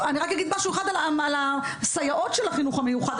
אני רק אגיד משהו אחד על הסייעות של החינוך המיוחד,